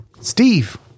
Steve